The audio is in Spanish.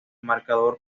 marcador